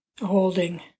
holding